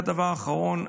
והדבר האחרון,